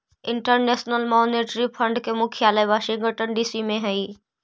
international Monetary Fund के मुख्यालय Washington DC में हई